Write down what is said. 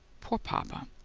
poor papa!